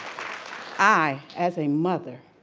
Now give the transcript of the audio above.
i, as a mother,